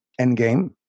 Endgame